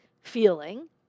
feeling